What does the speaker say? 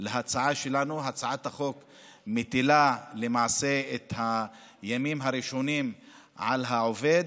להצעה שלנו: הצעת החוק מטילה למעשה את הימים הראשונים על העובד,